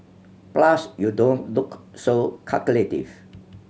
plus you don't look so calculative